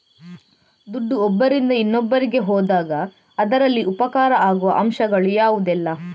ದುಡ್ಡು ಒಬ್ಬರಿಂದ ಇನ್ನೊಬ್ಬರಿಗೆ ಹೋದಾಗ ಅದರಲ್ಲಿ ಉಪಕಾರ ಆಗುವ ಅಂಶಗಳು ಯಾವುದೆಲ್ಲ?